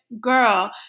girl